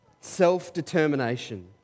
self-determination